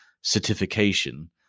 certification